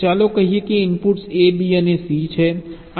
ચાલો કહીએ કે ઇનપુટ્સ AB અને C છે આ D છે